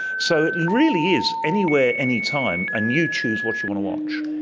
so it really is anywhere, anytime, and you choose what you want to watch.